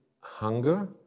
hunger